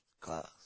class